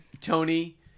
Tony